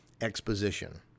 exposition